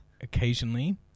Occasionally